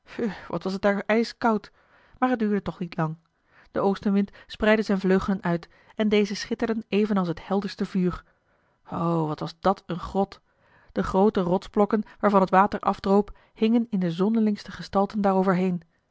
wat was het daar ijskoud maar het duurde toch niet lang de oostenwind spreidde zijn vleugelen uit en deze schitterden evenals het helderste vuur o wat was dat een grot de groote rotsblokken waarvan het water afdroop hingen in de zonderlingste gestalten